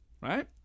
right